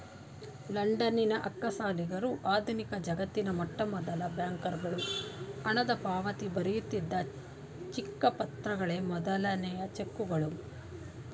ಲಂಡನ್ನಿನ ಅಕ್ಕಸಾಲಿಗರು ಆಧುನಿಕಜಗತ್ತಿನ ಮೊಟ್ಟಮೊದಲ ಬ್ಯಾಂಕರುಗಳು ಹಣದಪಾವತಿ ಬರೆಯುತ್ತಿದ್ದ ಚಿಕ್ಕ ಪತ್ರಗಳೇ ಮೊದಲನೇ ಚೆಕ್ಗಳು